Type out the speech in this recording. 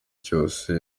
cyose